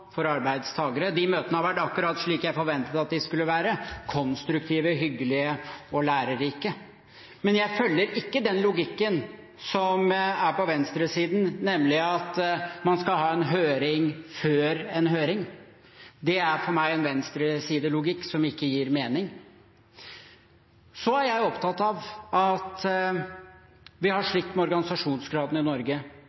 for arbeidstakere. De møtene har vært akkurat slik jeg forventet at de skulle være: konstruktive, hyggelige og lærerike. Men jeg følger ikke den logikken som er på venstresiden, nemlig at man skal ha en høring før en høring. Det er for meg en venstresidelogikk som ikke gir mening. Jeg er opptatt av at vi har